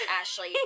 Ashley